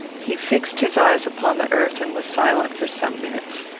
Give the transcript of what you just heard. he fixed his eyes upon the earth, and was silent for some minutes.